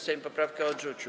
Sejm poprawkę odrzucił.